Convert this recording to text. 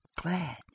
glad